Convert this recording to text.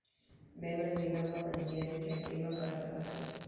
मैं मनरेगा म पंजीयन कैसे म कर सकत हो?